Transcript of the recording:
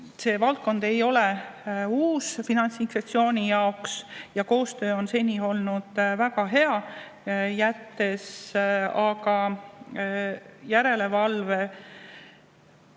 See valdkond ei ole uus Finantsinspektsiooni jaoks ja koostöö on seni olnud väga hea. Tekitades järelevalve